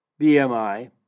BMI